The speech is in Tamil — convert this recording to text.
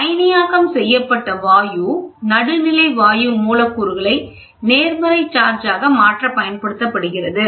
அயனியாக்கம் செய்யப்பட்ட வாயு நடுநிலை வாயு மூலக் கூறுகளை நேர்மறையாக சார்ஜ் ஆக மாற்ற பயன்படுத்தப்படுகிறது